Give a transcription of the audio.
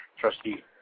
trustee